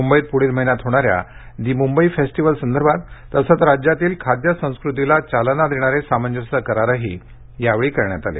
मुंबईत प्ढील महिन्यात होणाऱ्या दी मुंबई फेस्टीव्हल संदर्भात तसंच राज्यातील खाद्य संस्कृतीला चालना देणारे सामंजस्य करारही यावेळी करण्यात आले